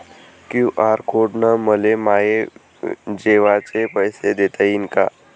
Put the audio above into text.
QR code न मले माये जेवाचे पैसे देता येईन का?